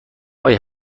آیا